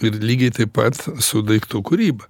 ir lygiai taip pat su daiktų kūryba